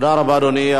תודה רבה, אדוני.